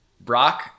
Brock